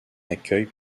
accueillent